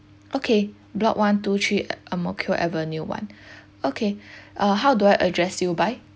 okay block one two three ang mo kio avenue one okay uh how do I address you by